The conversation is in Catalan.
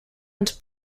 ens